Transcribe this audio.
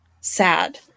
sad